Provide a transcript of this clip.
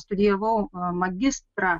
studijavau magistrą